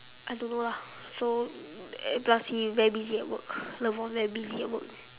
I don't know lah so plus he very busy at work lebron very busy at work